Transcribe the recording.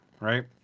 right